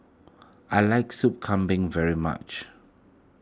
I like Sop Kambing very much